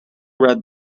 red